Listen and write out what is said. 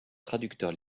traducteurs